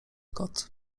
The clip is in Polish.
kot